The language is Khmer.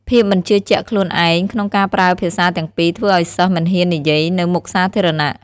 ភាពមិនជឿជាក់ខ្លួនឯងក្នុងការប្រើភាសាទាំងពីរធ្វើឲ្យសិស្សមិនហ៊ាននិយាយនៅមុខសាធារណៈ។